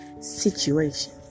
situation